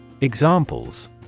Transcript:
Examples